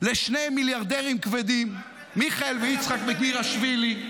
לשני מיליארדרים כבדים ------- מיכאל ויצחק מירילשווילי,